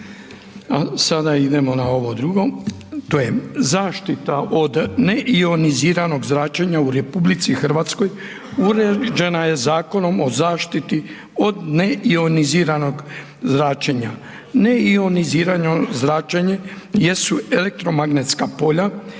sada idemo na ovo drugo, to je zaštita od neioniziranog zračenja u RH uređena je Zakonom o zaštiti od neioniziranog zračenja, neionizirano zračenje jesu elektromagnetska polja,